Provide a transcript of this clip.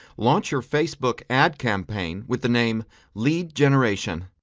launch your facebook ad campaign with an aim lead generation.